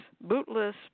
bootless